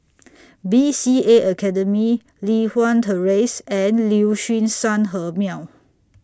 B C A Academy Li Hwan Terrace and Liuxun Sanhemiao